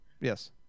yes